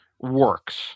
works